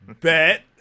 bet